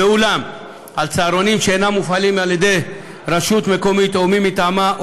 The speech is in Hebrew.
ואולם על צהרונים שאינם מופעלים על ידי רשות מקומית או מי מטעמה,